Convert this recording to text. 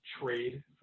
trade